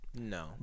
No